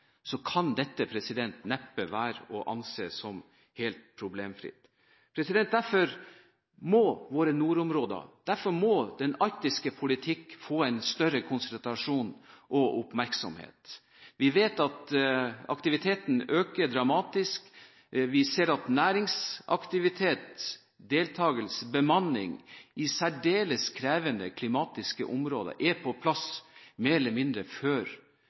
kan det neppe være å anse som helt problemfritt. Derfor må våre nordområder og den arktiske politikken få en større grad av konsultasjon og oppmerksomhet. Vi vet at aktiviteten øker dramatisk. Vi ser at næringsaktivitet, deltakelse og bemanning i særdeles krevende klimatiske områder er på plass mer eller mindre før